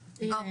בזום,